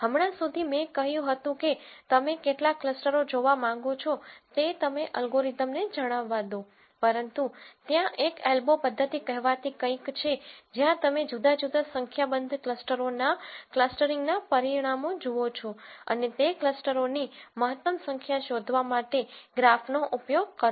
હમણાં સુધી મેં કહ્યું હતું કે તમે કેટલા ક્લસ્ટરો જોવા માંગો છો તે તમે અલ્ગોરિધમને જણાવવા દો પરંતુ ત્યાં એક એલ્બો પદ્ધતિ કહેવાતી કંઈક છે જ્યાં તમે જુદા જુદા સંખ્યાબંધ ક્લસ્ટરોના ક્લસ્ટરિંગના પરિણામો જુઓ છો અને તે ક્લસ્ટરોની મહત્તમ સંખ્યા શોધવા માટે ગ્રાફનો ઉપયોગ કરો છો